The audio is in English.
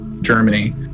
Germany